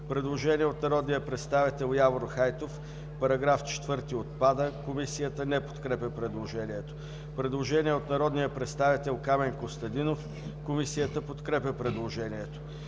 Предложение от народния представител Явор Хайтов –§ 4 отпада. Комисията не подкрепя предложението. Предложение на народния представел Камен Костадинов. Комисията подкрепя предложението.